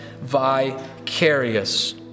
vicarious